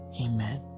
Amen